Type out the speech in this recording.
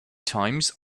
times